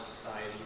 society